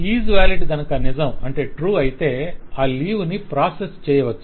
'IsValid' కనుక నిజం అయితే ఆ లీవ్ ను ప్రాసెస్ చేయవచ్చు